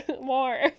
more